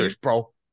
bro